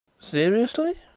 seriously?